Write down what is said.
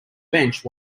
bench